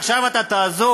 עכשיו אתה תעזוב,